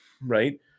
right